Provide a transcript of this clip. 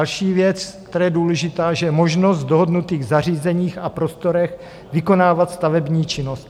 Další věc, která je důležitá, je možnost v dohodnutých zařízeních a prostorech vykonávat stavební činnost.